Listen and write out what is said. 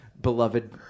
beloved